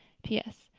p s.